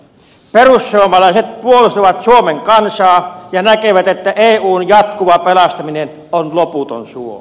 perussuomalaiset puolustavat suomen kansaa ja näkevät että eun jatkuva pelastaminen on loputon suo